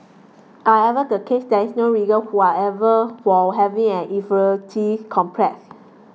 I ever the case there's no reason who are ever for having an inferiority complex